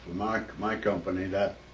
like my company that